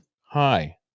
hi